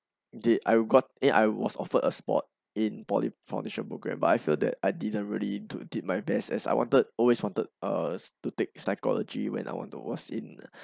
did I got eh I was offered a spot in poly foundation programme but I feel that I didn't really do did my best as I wanted always wanted uh to take psychology when I want to was in